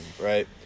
right